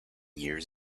years